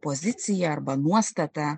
opoziciją arba nuostatą